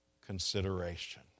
consideration